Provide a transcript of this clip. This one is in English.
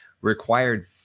required